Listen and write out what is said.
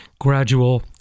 Gradual